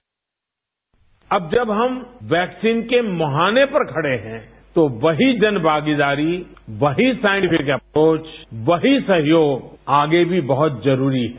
bite अब जब हम वैक्सीन के मुहाने पर खड़े हैं तो वही जन भागीदारी वहीं साइंटिफिक अप्रोच वहीं सहयोग आगे भी बहुत जरूरी है